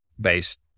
based